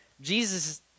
Jesus